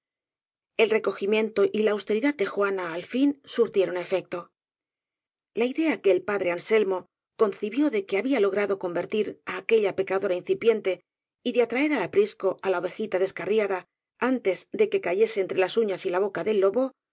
el recogimiento y la austeridad de juana al fin surtieron efecto la idea que el padre anselmo concibió de que había logrado convertir á aquella pecadora incipiente y de atraer al aprisco á la ovejita descarriada antes de que cayese entre las uñas y la boca del lobo